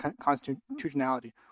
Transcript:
constitutionality